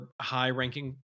high-ranking